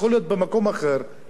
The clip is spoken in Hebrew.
בפריפריה אחרת,